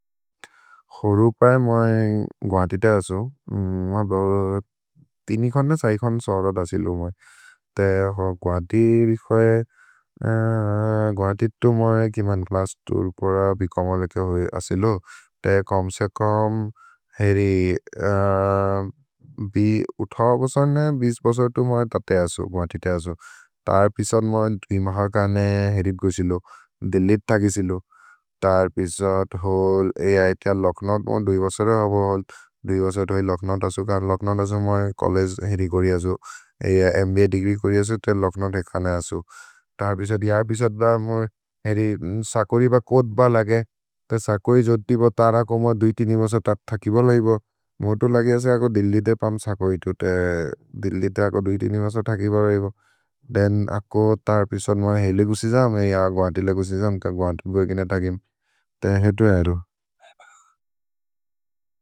Ḥउरु पए मए ग्वान्ṭइ तए असु, तिनि खन्द सै खन्द सरद् अṣइलु मए। तए Ḥउरु ग्वान्ṭइ रिखए, ग्वान्ṭइ तु मए गिमṅक्लṣṭउर् पुर भि कṅमले के अṣइलु। तए कṁसे कṁ, हेरि, भि उṭह बसर् न, भि बसर् तु मए तते अṣउ, ग्वान्ṭइ तए अṣउ। तर् पिसत् मए द्वि महकने हेरित् गṣइलु। तर् पिसत् होल्, हेरि, त लख्नत् मए द्वि बसर् हबो होल्, द्वि बसत् होइ लख्नत् अṣउ। कर् लख्नत् अṣउ मए चोल्लेगे हेरि गोरि अṣउ, हेरि म्भ देग्री गोरि अṣउ, त्ē लख्नत् हेरि खन्द अṣउ। तर् पिसत् यर् पिसत् द, हेरि, सकरि ब कोद् ब लगे, त्ē सकरि जोद्दि ब तर को मए द्वि तिनि बसर् तत् थकि बल हिबो। तर् पिसत् यर् पिसत् द, हेरि, सकरि ब तर को मए द्वि तिनि ब तत् थकि बल हिबो।